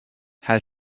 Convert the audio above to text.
how